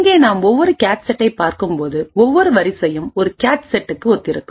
இங்கே நாம் ஒவ்வொரு கேச் செட்டை பார்க்கும்போது ஒவ்வொரு வரிசையும் ஒரு கேச் செட்டுக்கு ஒத்திருக்கும்